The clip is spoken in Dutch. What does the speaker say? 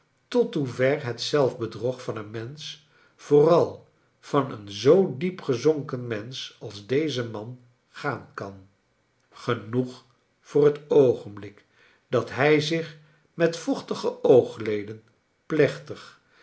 tot hoever het zelfbedrog van een mensch vooral van een zoo diep gezonken mensch als deze man gaan kan g enoeg voor het oogenblik dat hij zich met vochtige oogleden plechtig